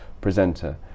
presenter